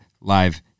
live